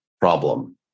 problem